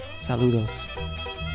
saludos